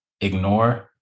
ignore